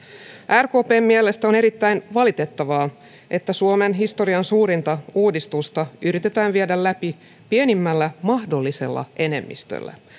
rkpn mielestä on erittäin valitettavaa että suomen historian suurinta uudistusta yritetään viedä läpi pienimmällä mahdollisella enemmistöllä